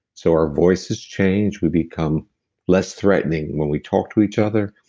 so our voices change, we become less threatening when we talk to each other.